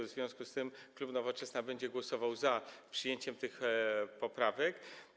W związku z tym klub Nowoczesna będzie głosował za przyjęciem tych poprawek.